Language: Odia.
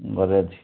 ଘରେ ଅଛି